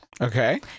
Okay